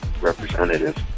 representative